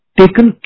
taken